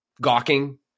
gawking